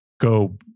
go